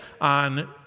on